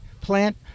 plant